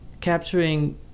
capturing